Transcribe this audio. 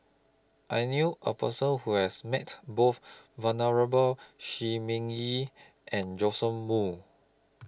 I knew A Person Who has Met Both Venerable Shi Ming Yi and Joash Moo